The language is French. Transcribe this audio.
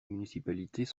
municipalités